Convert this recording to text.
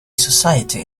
society